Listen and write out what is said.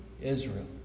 Israel